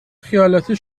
خیالاتی